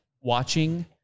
watching